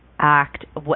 act